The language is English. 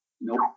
Nope